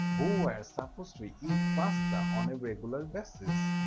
who were supposed to eat pasta on a regular basis,